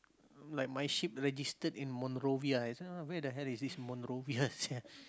like my ship registered in Monrovia I say where the hell is this Monrovia sia